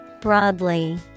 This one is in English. Broadly